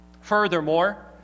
Furthermore